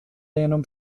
jenom